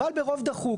אבל ברוב דחוק.